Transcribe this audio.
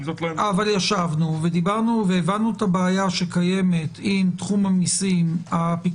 אבל ישבנו ודיברנו והבנו את הבעיה שקיימת עם תחום המיסים.